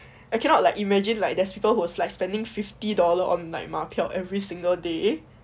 I cannot like imagine like there's people who was like spending fifty dollar on like 马票 every single day